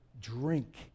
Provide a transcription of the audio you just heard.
drink